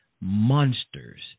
monsters